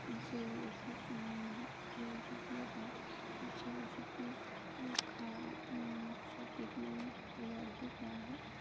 সেই ওষুধ যে ওষুধগুলো দেয় সেই ওষুধগুলো খাওয়া সেই ট্রিটমেন্টগুলো আর কি করা হয়